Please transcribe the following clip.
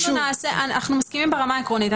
אנחנו מסכימים ברמה העקרונית.